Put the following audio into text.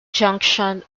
junction